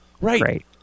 Right